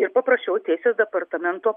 ir paprašiau teisės departamento